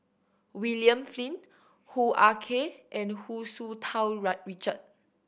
William Flint Hoo Ah Kay and Hu Tsu Tau Richard